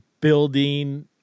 building